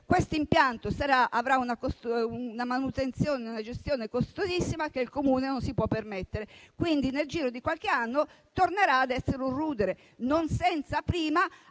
manutenzione e una gestione costosissime che il Comune non si può permettere, quindi nel giro di qualche anno tornerà ad essere un rudere, non senza prima